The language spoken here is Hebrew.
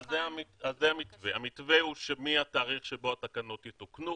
זה המתווה המתווה הוא שמתאריך שבו התקנות יתוקנו,